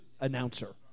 announcer